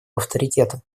авторитета